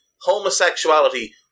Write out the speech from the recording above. homosexuality